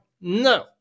No